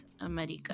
America